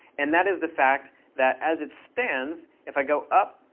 and that is the fact that as it stands, if i go up,